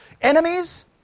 enemies